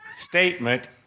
statement